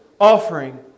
offering